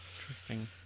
Interesting